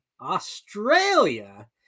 Australia